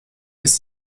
ist